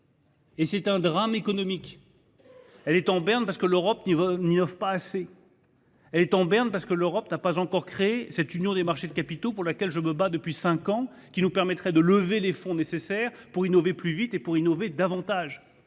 et c’est un drame économique. Elle est en berne parce que l’Europe n’œuvre pas assez pour l’accroître. Elle est en berne parce que l’Europe n’a pas encore créé l’union des marchés de capitaux pour laquelle je me bats depuis cinq ans. Or une telle union nous permettrait de lever les fonds nécessaires pour innover plus vite et davantage.